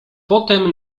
potem